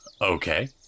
Okay